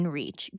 reach